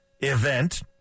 event